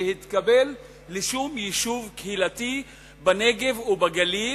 להתקבל לשום יישוב קהילתי בנגב ובגליל,